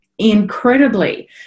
incredibly